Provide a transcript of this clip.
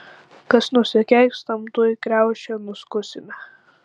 kas nusikeiks tam tuoj kriaušę nuskusime